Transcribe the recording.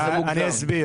אני אסביר.